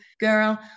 girl